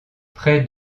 près